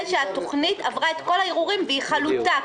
שהתוכנית עברה את כל הערעורים והיא חלוטה,